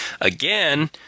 Again